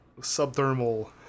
subthermal